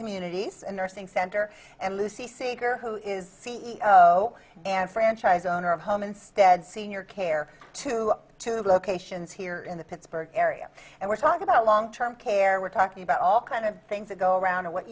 communities and nursing center and lucy sacre who is c e o and franchise owner of home instead senior care to two locations here in the pittsburgh area and we're talking about long term care we're talking about all kind of things that go a